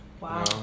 Wow